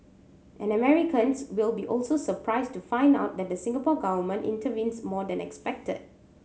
and Americans will be also surprised to find out that the Singapore Government intervenes more than expected